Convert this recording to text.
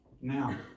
Now